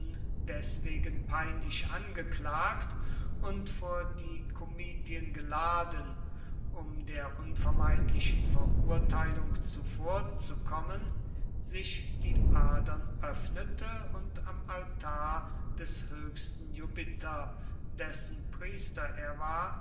deswegen peinlich angeklagt und vor die komitien geladen um der unvermeidlichen verurteilung zuvorzukommen sich die adern öffnete und am altar des höchsten jupiter dessen priester er war